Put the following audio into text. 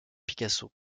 picasso